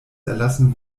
erlassen